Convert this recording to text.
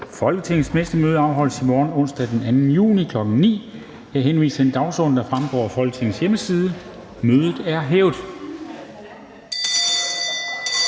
Folketingets næste møde afholdes i morgen, onsdag den 2. juni 2021, kl. 9.00. Jeg henviser til den dagsorden, der fremgår af Folketingets hjemmeside. Mødet er hævet.